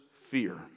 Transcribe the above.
fear